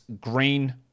Green